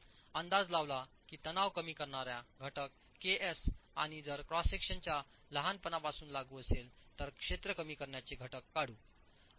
आपण अंदाज लावला की तणाव कमी करणार्या घटक के एस आणि जर क्रॉस सेक्शनच्या लहानपणासाठी लागू असेल तर क्षेत्र कमी करण्याचे घटक काढू